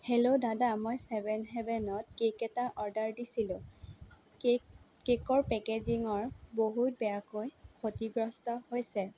hello দাদা মই seven হেভেনত কেক এটা অৰ্ডাৰ দিছিলোঁ কেক কেকৰ পেকেজিঙৰ বহুত বেয়াকৈ ক্ষতিগ্ৰস্ত হৈছে